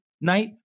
night